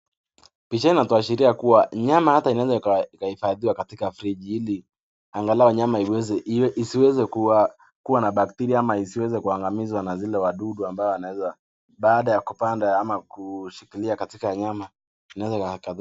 Picha inatuashiria kuwa nyama hata inaweza ikahifadhiwa katika friji ili angalau nyama iweze isiweze kuwa kuwa na bakteria ama isiweze kuangamizwa na zile wadudu ambao wanaweza baada ya kupanda ama kushikilia katika nyama inaweza ikaharibika.